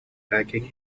tracking